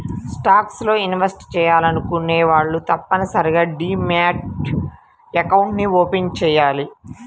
stocks లో invest చెయ్యాలనుకునే వాళ్ళు తప్పనిసరిగా డీమ్యాట్ అకౌంట్ని ఓపెన్ చెయ్యాలి